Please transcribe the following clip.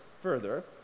further